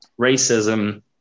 racism